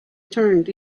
turned